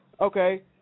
Okay